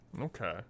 Okay